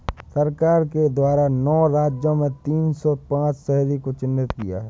सरकार के द्वारा नौ राज्य में तीन सौ पांच शहरों को चिह्नित किया है